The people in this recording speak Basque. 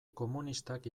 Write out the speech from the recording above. komunistak